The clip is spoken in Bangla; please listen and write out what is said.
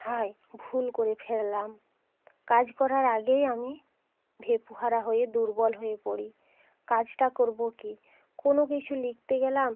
হায় ভুল করে ফেললাম কাজ করার আগেই আমি ভেঁপু হারা হয়ে দুর্বল হয়ে পড়ি কাজটা করবো কি কোনো কিছু লিকতে গেলাম